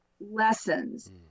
lessons